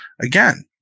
Again